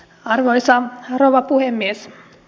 arvoisa rouva puhemies